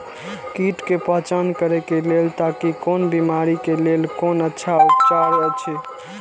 कीट के पहचान करे के लेल ताकि कोन बिमारी के लेल कोन अच्छा उपचार अछि?